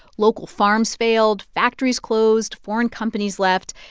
local farms failed, factories closed, foreign companies left,